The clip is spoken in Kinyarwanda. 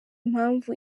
mpamvu